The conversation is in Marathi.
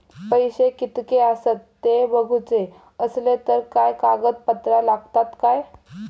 पैशे कीतके आसत ते बघुचे असले तर काय कागद पत्रा लागतात काय?